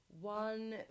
one